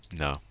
No